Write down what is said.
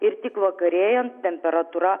ir tik vakarėjant temperatūra